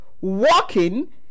walking